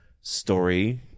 story